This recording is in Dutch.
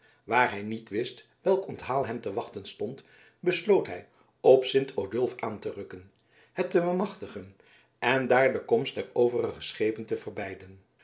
waar hij niet wist welk onthaal hem te wachten stond besloot hij op sint odulf aan te rukken het te bemachtigen en daar de komst der overige schepen te verbeiden